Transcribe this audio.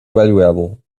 valuable